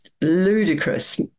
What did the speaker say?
ludicrous